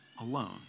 alone